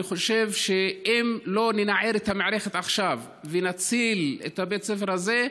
אני חושב שאם לא ננער את המערכת עכשיו ונציל את בית הספר הזה,